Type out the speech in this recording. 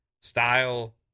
style